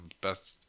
best